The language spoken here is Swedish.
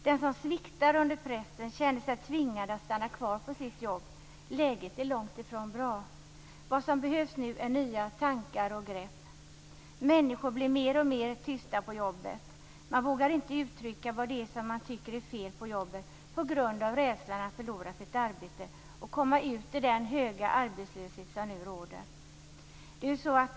Den som sviktar under pressen känner sig tvingad att stanna kvar på sitt jobb. Läget är långt ifrån bra. Nu behövs det nya tankar och grepp. Människor blir mer och mer tysta på jobbet. Man vågar inte uttrycka vad det är som man tycker är fel på jobbet på grund av rädslan att förlora sitt arbete och komma ut i den höga arbetslöshet som nu råder.